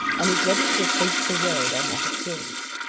and is ready to face the world on that assurance.